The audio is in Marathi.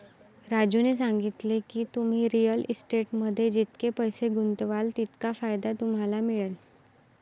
राजूने सांगितले की, तुम्ही रिअल इस्टेटमध्ये जितके पैसे गुंतवाल तितका फायदा तुम्हाला मिळेल